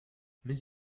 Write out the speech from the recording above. mais